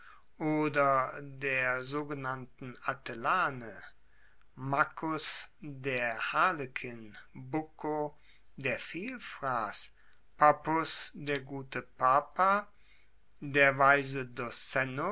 oder der sogenannten atellane maccus der harlekin bucco der vielfrass pappus der gute papa der weise